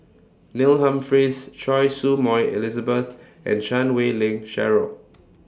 Neil Humphreys Choy Su Moi Elizabeth and Chan Wei Ling Cheryl